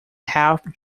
health